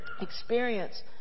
experience